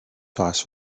sauce